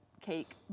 cake